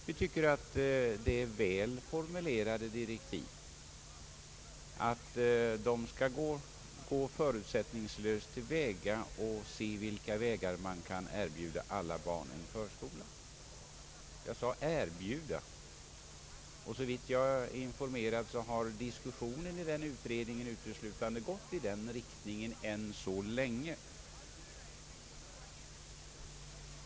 Vi tycker att det är väl formulerade direktiv — att utredningen skall arbeta förutsättningslöst och se på vilka vägar man kan erbjuda alla barn en förskola. Jag sade ”erbjuda”, och såvitt jag är informerad har diskussionen i utredningen uteslutande gått i den riktningen än så länge.